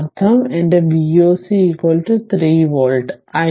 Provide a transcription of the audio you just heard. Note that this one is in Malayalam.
അതിനർത്ഥം എന്റെ V oc 3 വോൾട്ട്